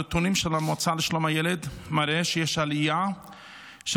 הנתונים של המועצה לשלום הילד מראים שיש עלייה של